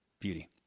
beauty